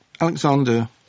Alexander